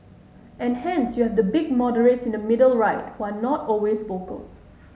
and hence you have the big moderates in the middle right who are not always vocal